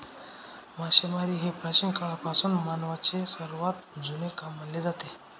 मासेमारी हे प्राचीन काळापासून मानवाचे सर्वात जुने काम मानले जाते